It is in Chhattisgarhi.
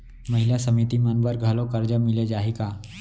महिला समिति मन बर घलो करजा मिले जाही का?